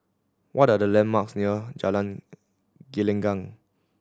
what are the landmarks near Jalan Gelenggang